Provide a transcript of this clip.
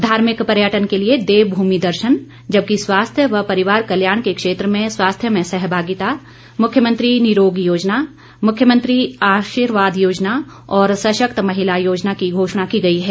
धार्मिक पर्यटन के लिए देव मूमि दर्शन जबकि स्वास्थ्य व परिवार कल्याण के क्षेत्र में स्वास्थ्य में सहभागिता मुख्यमंत्री निरोग योजना मुख्यमंत्री आर्शीवाद योजना और सशक्त महिला योजना की घोषणा की गई है